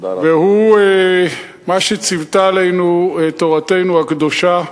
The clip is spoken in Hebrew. והוא מה שציוותה עלינו תורתנו הקדושה,